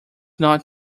not